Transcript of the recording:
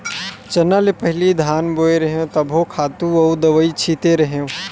चना ले पहिली धान बोय रेहेव तभो खातू अउ दवई छिते रेहेव